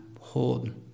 hold